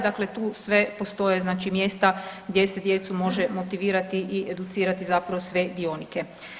Dakle, tu sve postoje znači mjesta gdje se djecu može motivirati i educirati, zapravo sve dionike.